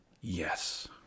Yes